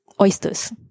oysters